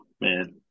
man